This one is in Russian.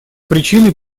причиной